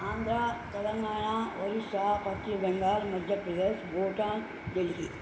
ఆంధ్ర తెలంగాణ ఒరిస్సా పశ్చిమ బెంగాల్ మధ్యప్రదేశ్ భూటన్ ఢిల్లీ